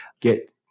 get